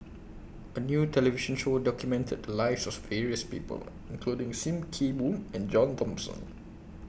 A New television Show documented The Lives of various People including SIM Kee Boon and John Thomson